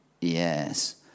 Yes